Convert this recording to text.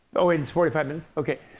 oh, it's forty five minutes? ok,